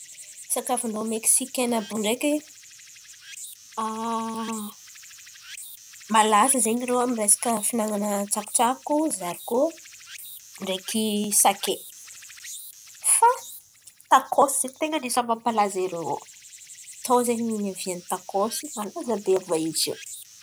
Sakafon-drô Meksikany io ndreky malaza zen̈y irô amin'ny resaka finanan̈a tsakotsako, zariko ndreky sake. Fa takôsy ten̈a anisany mampalaza irô tô zen̈y naviany takôsy malaza be avahizo ziô.